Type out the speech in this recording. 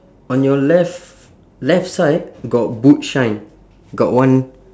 on your left left side got boot shine got one